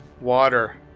water